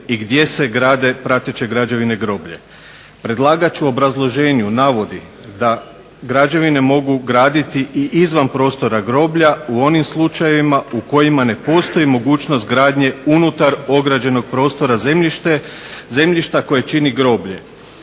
i gdje se grade prateće građevine groblja. Predlagač u obrazloženju navodi da građevine mogu graditi i izvan prostora groblja u onim slučajevima u kojima ne postoji mogućnost gradnje unutar ograđenog prostora zemljišta koje čini groblje.